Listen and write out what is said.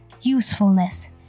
usefulness